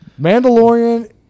Mandalorian